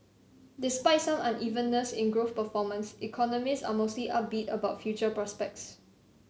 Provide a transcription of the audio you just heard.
despite some unevenness in growth performance economists are mostly upbeat about future prospects